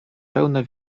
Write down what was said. pełne